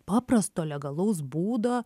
paprasto legalaus būdo